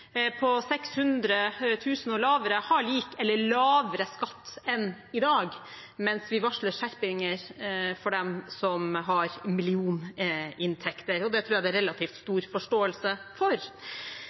på 600 000 kr og lavere ha lik eller lavere skatt enn i dag, mens vi varsler skjerpinger for dem som har millioninntekter. Det tror jeg det er relativt